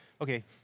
okay